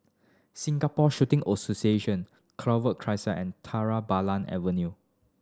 Singapore Shooting Association Clover Crescent and Tera Bulan Avenue